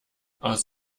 aus